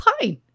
fine